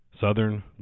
southern